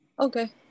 Okay